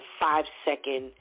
five-second